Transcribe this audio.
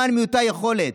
למען מעוטי היכולת,